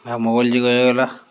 ହେ mobile ଯୁଗ ହେଇଗଲା